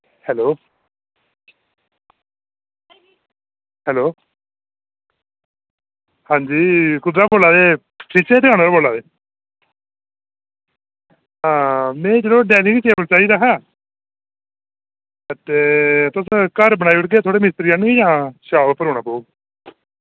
hello hello हां जी कुद्धरा बोला दे फर्नीचरै आह्ली दकाना दा बोला दे हां में यरो डाइनिंग टेबल चाहिदा हा ते तुस घर बनाई ओड़गे थुआढ़े मिस्त्री आह्नियै जां शाप उप्पर औना पौग